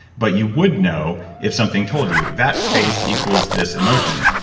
but you would know if something told you, that face equals this emotion,